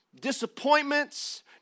disappointments